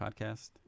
podcast